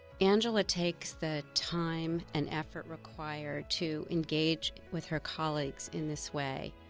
angela takes the time and effort required to engage with her colleagues in this way.